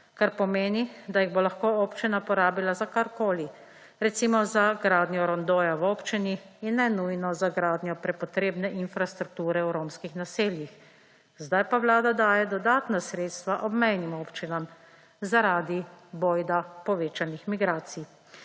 kar pomeni, da jih bo lahko občina porabila za karkoli, recimo za gradnjo rondoja v občini in ne nujno za gradnjo prepotrebne infrastrukture v romskih naseljih. Zdaj pa Vlada daje dodatna sredstva obmejnim občinam, zaradi bojda povečanih migracij.